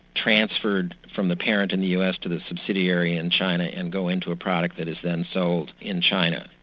transferred from the parent in the us to the subsidiary in china and go into a product that is then sold in china.